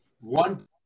one